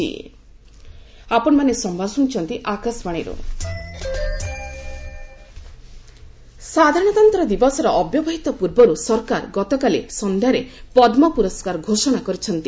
ପଦ୍ମ award ସାଧାରଣତନ୍ତ୍ର ଦିବସରେ ଅବ୍ୟବହିତ ପୂର୍ବରୁ ସରକାର ଗତକାଲି ସନ୍ଧ୍ୟାରେ ପଦୁ ପୁରସ୍କାର ଘୋଷଣା କରିଛନ୍ତି